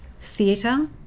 theatre